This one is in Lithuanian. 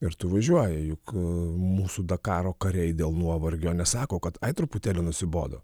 ir tu važiuoji juk mūsų dakaro kariai dėl nuovargio nesako kad ai truputėlį nusibodo